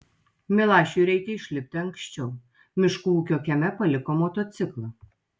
milašiui reikia išlipti anksčiau miškų ūkio kieme paliko motociklą